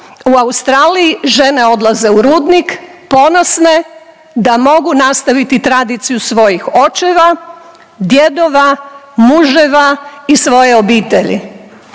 U Australiji žene odlaze u rudnik ponosne da mogu nastaviti tradiciju svojih očeva, djedova, muževa i svoje obitelji